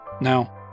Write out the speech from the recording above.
Now